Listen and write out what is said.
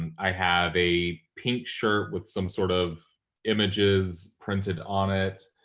i have a pink shirt with some sort of images printed on it.